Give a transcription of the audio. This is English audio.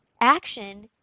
Action